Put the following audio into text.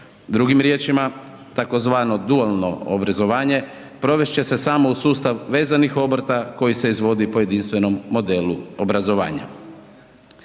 Drugim riječima tzv. dualno obrazovanje provest će se samo uz sustav vezanih obrta koji se izvodi po jedinstvenom modelu obrazovanja.